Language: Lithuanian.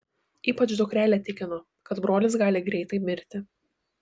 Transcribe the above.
ypač dukrelė tikino kad brolis gali greitai mirti